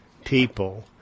People